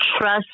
trust